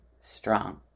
strong